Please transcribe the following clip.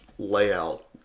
layout